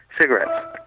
cigarettes